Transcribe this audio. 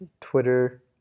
Twitter